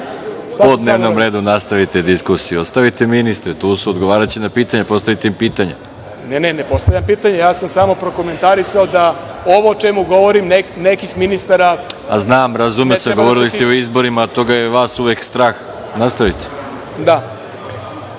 O dnevnom redu nastavite diskusiju. Ostavite ministre. Tu su. Odgovaraće na pitanja. Postavite im pitanja.)Ne, ne, ne. Ne postavljam pitanja. Ja sam samo prokomentarisao da ovo o čemu govorim nekih ministara…(Predsedavajući: Znam, razumeo sam. Govorili ste o izborima, a toga je vas uvek strah. Nastavite.)Da. Dakle,